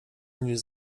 niż